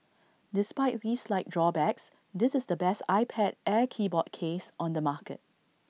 despite these slight drawbacks this is the best iPad air keyboard case on the market